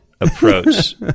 approach